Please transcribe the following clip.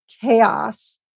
chaos